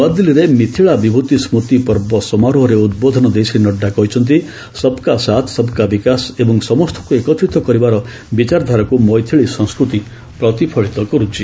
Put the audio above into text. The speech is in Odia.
ନୂଆଦିଲ୍ଲୀରେ 'ମିଥିଳା ବିଭୂତି ସ୍କୃତି ପର୍ବ ସମାରୋହ'ରେ ଉଦ୍ବୋଧନ ଦେଇ ଶ୍ରୀ ନଡ୍ରା କହିଛନ୍ତି 'ସବ୍ କା ସାଥ୍ ସବ୍ କା ବିକାଶ' ଏବଂ ସମସ୍ତଙ୍କୁ ଏକତ୍ରିତ କରିବାର ବିଚାରଧାରାକୁ ମୈଥିଳୀ ସଂସ୍କୃତି ପ୍ରତିଫଳିତ କରୁଛି